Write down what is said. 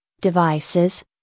devices